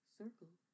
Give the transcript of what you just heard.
circle